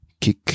kick